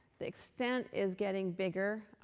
the extent is getting bigger.